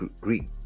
Greek